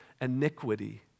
iniquity